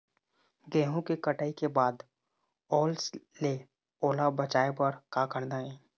गेहूं के कटाई के बाद ओल ले ओला बचाए बर का करना ये?